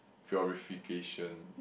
purification